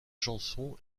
chansons